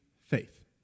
faith